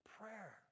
prayer